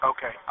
Okay